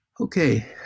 Okay